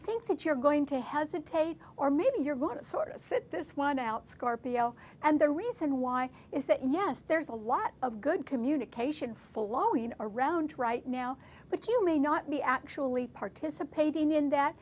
think that you're going to hesitate or maybe you're going to sort of sit this one out scorpio and the reason why is that yes there's a lot of good communication full low you know around right now but you may not be actually participating in that